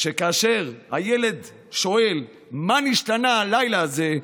שכאשר הילד שואל: מה נשתנה הלילה הזה?